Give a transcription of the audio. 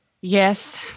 Yes